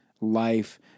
life